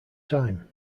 time